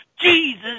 Jesus